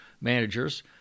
managers